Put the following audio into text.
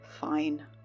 fine